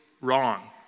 wrong